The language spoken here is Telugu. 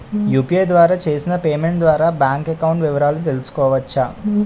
యు.పి.ఐ ద్వారా చేసిన పేమెంట్ ద్వారా బ్యాంక్ అకౌంట్ వివరాలు తెలుసుకోవచ్చ?